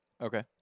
Okay